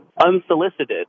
unsolicited